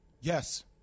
Yes